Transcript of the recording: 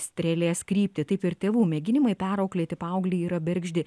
strėlės kryptį taip ir tėvų mėginimai perauklėti paauglį yra bergždi